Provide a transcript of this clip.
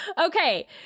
Okay